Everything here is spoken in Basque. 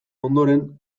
ondoren